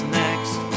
next